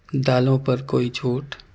دالوں پر کوئی چھوٹ